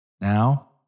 Now